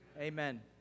Amen